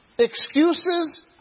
excuses